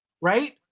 right